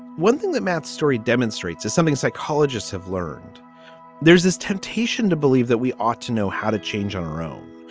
one thing that math's story demonstrates is something psychologists have learned there's this temptation to believe that we ought to know how to change our own,